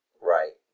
right